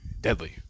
deadly